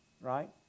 right